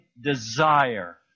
desire